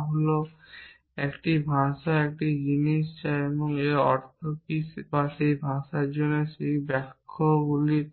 তা হল একটি ভাষা একটি জিনিস এবং এটির অর্থ কী বা সেই ভাষায় সেই বাক্যগুলির